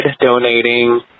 donating